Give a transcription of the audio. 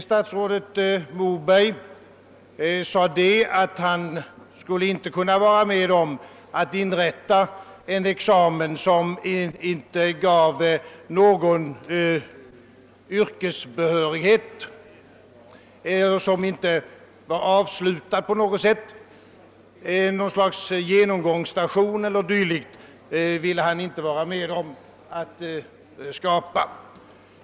Statsrådet Moberg sade att han inte kunde tänka sig att vara med om att inrätta en examen som inte gav någon yrkesbehörighet och som inte var på något sätt avslutad, en examen som skulle tjänstgöra som något slags genomgångsstation.